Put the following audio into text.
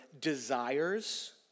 desires